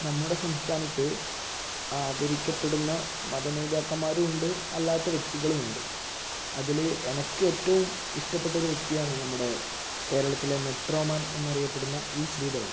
നമ്മുടെ സംസ്ഥാനത്ത് ആദരിക്കപ്പെടുന്ന മത നേതാക്കന്മാരുമുണ്ട് അല്ലാത്ത വ്യക്തികളുമുണ്ട് അതിൽ എനിക്ക് ഏറ്റവും ഇഷ്ട്ടപ്പെട്ട ഒരു വ്യക്തിയാണ് നമ്മുടെ കേരത്തിലെ മെട്രോ മാൻ എന്ന് അറിയപ്പെടുന്ന ഇ ശ്രീധരൻ